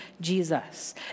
Jesus